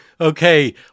Okay